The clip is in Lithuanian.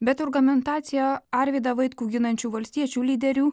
bet argumentacija arvydą vaitkų ginančių valstiečių lyderių